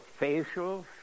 facials